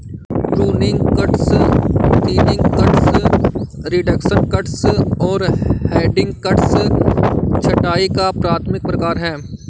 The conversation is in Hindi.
pruning cuts, thinning cuts, reduction cuts और हेडिंग कट्स छंटाई का प्राथमिक प्रकार हैं